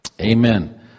Amen